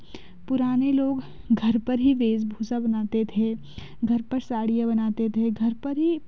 पुराने लोग घर पर ही भेष भूषा बनाते थे घर पर साड़ियाँ बनाते थे घर पर ही